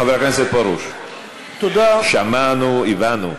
חבר הכנסת פרוש, שמענו, הבנו.